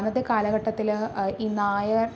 അന്നത്തെ കാലഘട്ടത്തില് ഈ നായർ